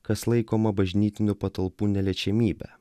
kas laikoma bažnytinių patalpų neliečiamybe